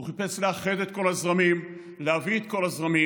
הוא חיפש לאחד את כל הזרמים, להביא את כל הזרמים